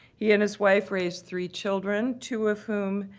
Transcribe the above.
he and his wife raised three children, two of whom,